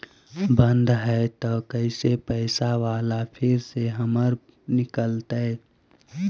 बन्द हैं त कैसे पैसा बाला फिर से हमर निकलतय?